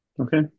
Okay